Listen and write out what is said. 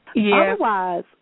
Otherwise